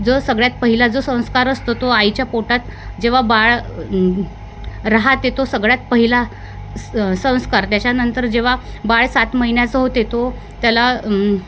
जो सगळ्यात पहिला जो संस्कार असतो तो आईच्या पोटात जेव्हा बाळ राहते तो सगळ्यात पहिला अ संस्कार त्याच्यानंतर जेव्हा बाळ सात महिन्याचं होते तो त्याला